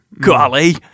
Golly